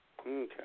Okay